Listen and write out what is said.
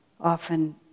often